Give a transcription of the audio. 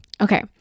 Okay